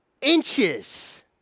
inches